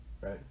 right